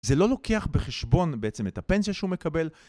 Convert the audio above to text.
זה לא לוקח בחשבון בעצם את הפנסיה שהוא מקבל.